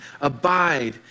abide